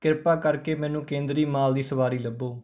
ਕਿਰਪਾ ਕਰਕੇ ਮੈਨੂੰ ਕੇਂਦਰੀ ਮਾਲ ਦੀ ਸਵਾਰੀ ਲੱਭੋ